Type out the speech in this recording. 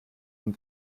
von